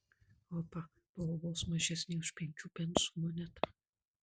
opa buvo vos mažesnė už penkių pensų monetą